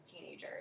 teenagers